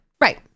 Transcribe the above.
Right